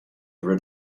rid